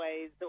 ways